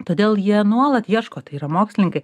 todėl jie nuolat ieško tai yra mokslininkai